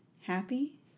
happy